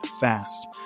fast